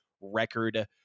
record